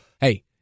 hey